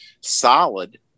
solid